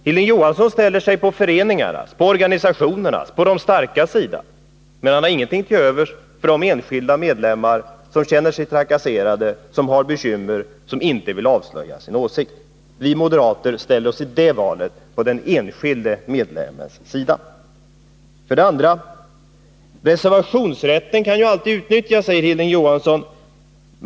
Hilding Johansson ställer sig på föreningarnas, organisationernas, de starkas sida, men han har ingenting till övers för de enskilda medlemmar som känner sig trakasserade, som inte vill avslöja sina åsikter. Vi moderater ställer oss i det valet på den enskilde medlemmens sida. För det andra: Reservationsrätten kan ju alltid utnyttjas, säger Hilding Johansson.